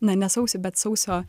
na ne sausį bet sausio